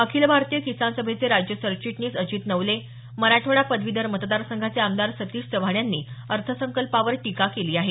अखिल भारतीय किसान सभेचे राज्य सरचिटणीस अजित नवले मराठवाडा पदवीधर मतदारसंघाचे आमदार सतीश चव्हाण यांनी अर्थसंकल्पावर टीका केली आहे